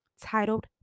titled